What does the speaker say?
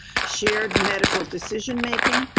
shared medical decision-making,